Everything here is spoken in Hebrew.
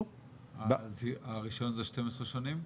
הרישיון זה 12 שנים?